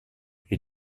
est